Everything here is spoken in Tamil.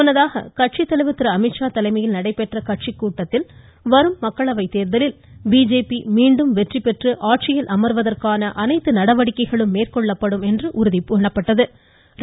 முன்னதாக கட்சித்தலைவர் திரு அமீத்ஷா தலைமையில் நடைபெற்ற கட்சிக் கூட்டத்தில் வரும் மக்களவைத் தேர்தலில் பிஜேபி மீண்டும் வெற்றிபெற்று ஆட்சியில் அனைத்து நடவடிக்கைகளும் மேற்கொள்ளப்படும் என்று அமர்வதற்கான அவர் உறுதிபூண்டார்